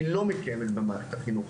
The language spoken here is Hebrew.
היא לא מתקיימת במערכת החינוך.